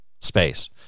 space